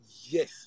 yes